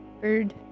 Bird